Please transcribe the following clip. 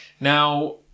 Now